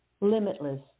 limitless